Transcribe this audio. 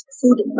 food